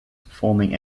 forming